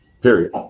period